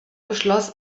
beschloss